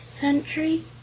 country